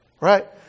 right